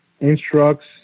Instructs